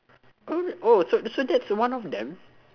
oh oh so that's so that's one of them